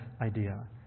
idea